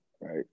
right